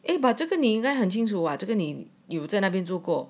uh 把这个你应该很清楚啊这个您有在那边住过